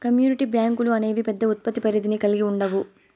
community బ్యాంకులు అనేవి పెద్ద ఉత్పత్తి పరిధిని కల్గి ఉండవు